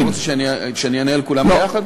אתה לא רוצה שאני אענה על כולן ביחד?